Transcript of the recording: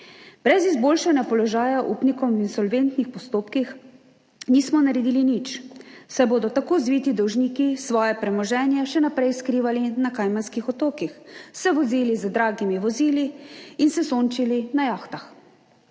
Brez izboljšanja položaja upnikov v insolventnih postopkih nismo naredili nič, saj bodo tako zviti dolžniki svoje premoženje še naprej skrivali na Kajmanskih otokih, se vozili z dragimi vozili in se sončili na jahtah,